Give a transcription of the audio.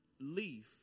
leaf